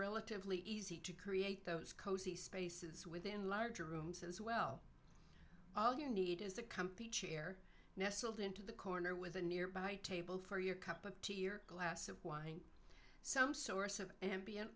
relatively easy to create those cozy spaces within larger rooms as well all you need is the company chair nestled into the corner with a nearby table for your cup of tea or glass of wine some source of ambien